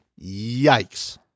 yikes